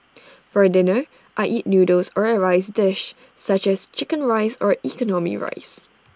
for dinner I eat noodles or A rice dish such as Chicken Rice or economy rice